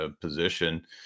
position